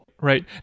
Right